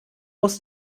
aus